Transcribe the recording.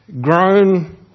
grown